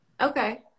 Okay